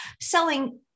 selling